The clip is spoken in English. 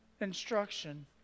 instruction